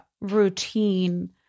routine